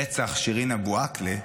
רצח שירין אבו עאקלה,